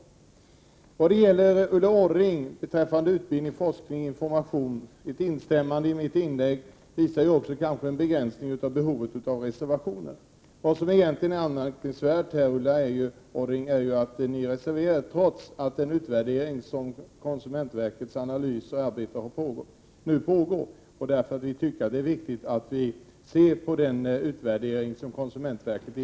Ulla Orring instämmer i mitt inlägg beträffande utbildning, forskning och information. Det visar kanske också en begränsning av behovet av reservationer. Vad som är anmärkningsvärt, Ulla Orring, är ju att ni reserverar er trots att konsumentverkets utvärdering nu pågår. Vi tycker att det är viktigt att se på den utvärderingen.